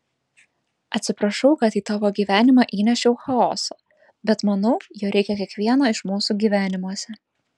atsiprašau kad į tavo gyvenimą įnešiau chaoso bet manau jo reikia kiekvieno iš mūsų gyvenimuose